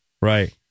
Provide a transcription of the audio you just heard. Right